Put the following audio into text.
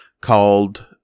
called